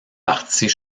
parties